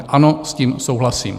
Ano, s tím souhlasím.